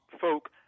folk